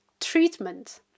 treatment